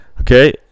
Okay